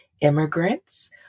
immigrants